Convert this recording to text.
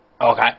Okay